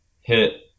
hit